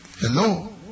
Hello